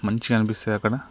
మంచి గా అనిపిస్తుంది అక్కడ